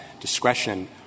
discretion